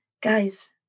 Guys